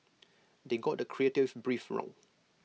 they got the creative brief wrong